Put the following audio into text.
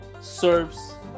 serves